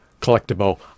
collectible